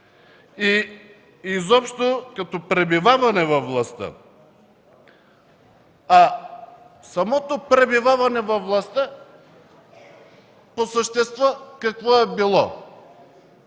и изобщо като пребиваване във властта? Самото пребиваване във властта по същество какво е било?